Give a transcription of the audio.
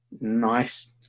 Nice